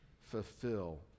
fulfill